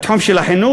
התחום של החינוך,